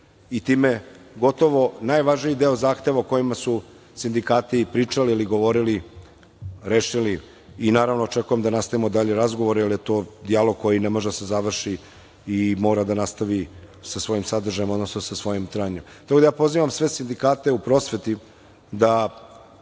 i time gotovo najvažniji deo zahteva o kojima su sindikati pričali ili govorili, rešili i očekujem da nastavimo dalje razgovore, jer je to dijalog koji ne može da se završi i mora da nastavi sa svojim sadržajem, odnosno sa svojim trajanjem. Ja